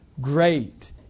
Great